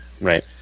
Right